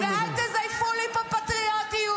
האמת כואבת.